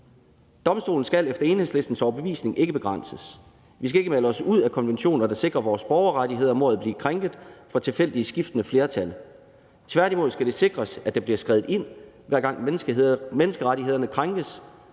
Domstolen skal efter Enhedslistens overbevisning ikke begrænses. Vi skal ikke melde os ud af konventioner, der sikrer vores borgerrettigheder mod at blive krænket fra tilfældige skiftende flertal. Tværtimod skal det sikres, at der bliver skredet ind, hver gang menneskerettighederne krænkes,